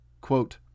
quote